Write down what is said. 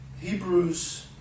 Hebrews